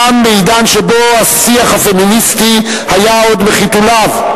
גם בעידן שבו השיח הפמיניסטי היה עוד בחיתוליו,